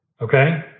okay